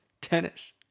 tennis